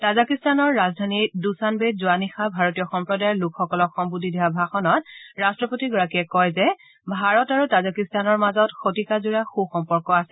তাজিকিস্তানৰ ৰাজধানী দুচানবেত যোৱা নিশা ভাৰতীয় সম্প্ৰদায়ৰ লোকসকলক সম্বোধি দিয়া ভাষণত ৰট্টপতিগৰাকীয়ে কয় যে ভাৰত আৰু তাজিকিস্তানৰ মাজত শতিকাজোৰা সুসম্পৰ্ক আছে